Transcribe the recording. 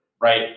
right